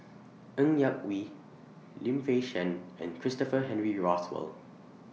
Ng Yak Whee Lim Fei Shen and Christopher Henry Rothwell